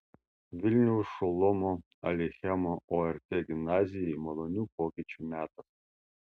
vilniaus šolomo aleichemo ort gimnazijai malonių pokyčių metas